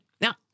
Now